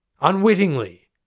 unwittingly